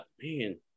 Man